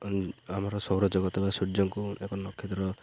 ଆମର ସୌରଜଗତ ସୂର୍ଯ୍ୟଙ୍କୁ ଏବଂ ନକ୍ଷେତ୍ର